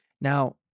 Now